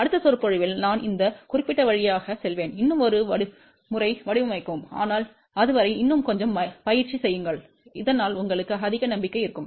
அடுத்த சொற்பொழிவில் நான் இந்த குறிப்பிட்ட வழியாக செல்வேன் இன்னும் ஒரு முறை வடிவமைக்கவும் ஆனால் அதுவரை இன்னும் கொஞ்சம் பயிற்சி செய்யுங்கள் இதனால் உங்களுக்கு அதிக நம்பிக்கை இருக்கும்